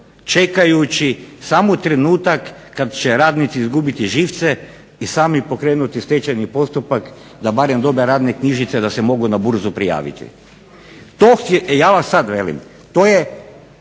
čekajući samo trenutak kada će radnici izgubiti živce i sami pokrenuti stečajni postupak da barem dobe radne knjižice da se mogu na Burzu prijaviti. Ja vam sada velim, dvije